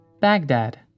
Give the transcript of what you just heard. Baghdad